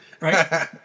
Right